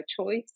choice